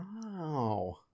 Wow